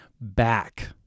back